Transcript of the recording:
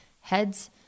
heads